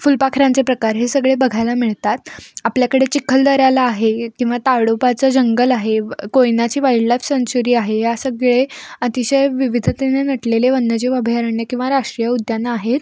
फुलपाखरांचे प्रकार हे सगळे बघायला मिळतात आपल्याकडे चिखलदऱ्याला आहे किंवा ताडोबाचं जंगल आहे व कोयनेची वाइल्डलाइफ सँचुरी आहे या सगळे अतिशय विविधतेने नटलेले वन्यजीव अभयारण्यं किंवा राष्ट्रीय उद्यानं आहेत